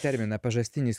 terminą pažastinis